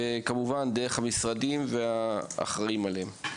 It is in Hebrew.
כמובן דרך המשרדים והאחראים עליהם.